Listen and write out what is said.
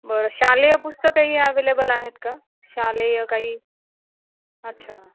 बरं शालेय पुस्तक काही ॲवे्लेबल आहेत का शालेय काही अच्छा